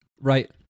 Right